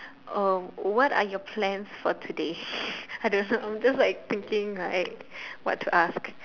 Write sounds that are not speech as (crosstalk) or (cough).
uh what are your plans for today (laughs) I don't know I'm just like thinking like what to ask